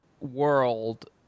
world